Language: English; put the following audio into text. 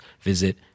visit